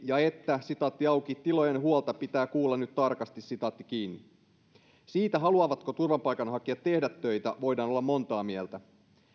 ja tilojen huolta pitää kuulla nyt tarkasti siitä haluavatko turvapaikanhakijat tehdä töitä voidaan olla montaa mieltä